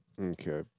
Okay